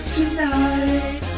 tonight